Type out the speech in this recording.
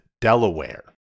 Delaware